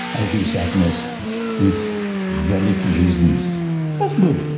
i view sadness with valid reasons as good.